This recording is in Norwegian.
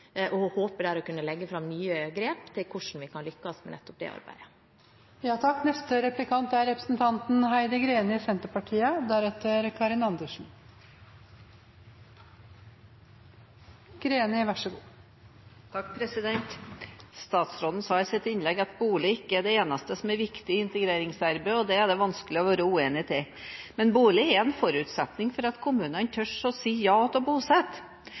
og håper der å kunne legge fram nye grep til hvordan vi kan lykkes med nettopp det arbeidet. Statsråden sa i sitt innlegg at bolig ikke er det eneste som er viktig i integreringsarbeidet, og det er det vanskelig å være uenig i. Men bolig er en forutsetning for at kommunene tør å si ja til å bosette,